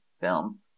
film